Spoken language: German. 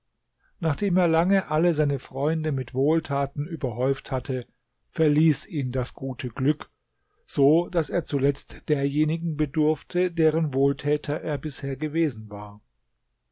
nachdem er lange alle seine freunde mit wohltaten überhäuft hatte verließ ihn das gute glück so daß er zuletzt derjenigen bedurfte deren wohltäter er bisher gewesen war